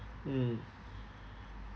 mm